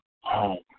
home